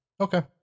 Okay